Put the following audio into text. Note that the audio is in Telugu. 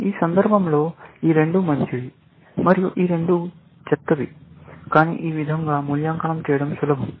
ఈ సందర్భంలో ఈ రెండు మంచివి మరియు ఈ రెండు చెత్తవి కానీ ఈ విధంగా మూల్యాంకనం చేయడం సులభం